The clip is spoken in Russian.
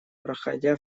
проходя